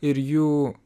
ir jų